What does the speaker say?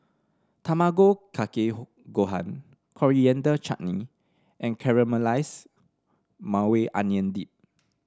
Tamago Kake Gohan Coriander Chutney and Caramelized Maui Onion Dip